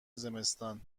زمستان